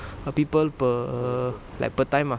people per like per time ah